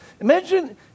Imagine